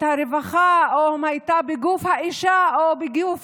הרווחה או אם הייתה בגוף האישה או בגוף